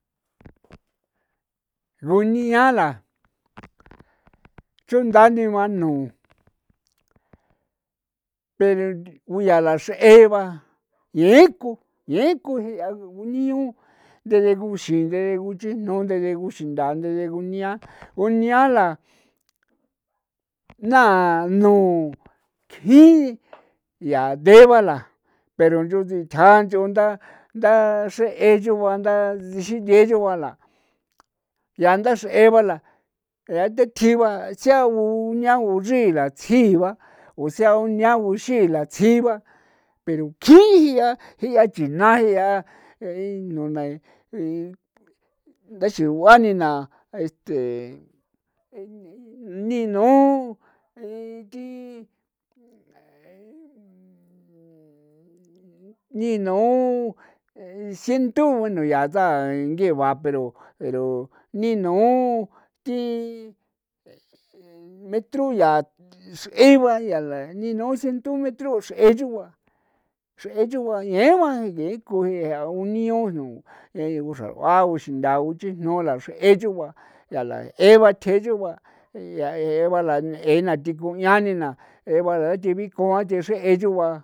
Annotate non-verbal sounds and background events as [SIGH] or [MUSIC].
[NOISE] runia la [NOISE] chundani ba nu [NOISE] pero guyaa la xree ba yeku yeku je' a ruguñio de deguxidee de guchijnu de deguxindaa de deguñia unia la nanu kjin yaa dee ba la pero nch'on sitja nch'on nda ndaxreen yu ba nda sige yugua la yaa ndaxree ba la yaa tetji ba tsia unia uchriila tsjiba o sea unia uxiila tsjiba pero kjin jiya jiya tsina jiya [UNINTELLIGIBLE] [HESITATION] ndaxigua nina este [HESITATION] ni nu i thi [HESITATION] ni nu sinthue nu yaa chaa ngigua pero pero ni nu thi [HESITATION] metru yaa x'i ba yaa la ninu centometru xree yugua xree yugua ñegua yeku jea uni jnu xra'ua kuxindaa kuxijno laxree yugua ya la eba tje yugua 'ia eje ba la n'ena thiku 'ian nena ee ba thi bikon a the xree yugua.